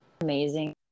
amazing